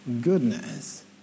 goodness